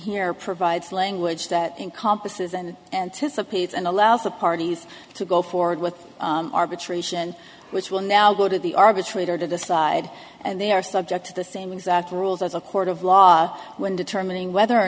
here provides language that encompasses and anticipates and allows the parties to go forward with arbitration which will now go to the arbitrator to decide and they are subject to the same exact rules as a court of law when determining whether or